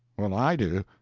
well, i do.